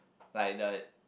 like the